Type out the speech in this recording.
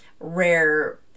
rare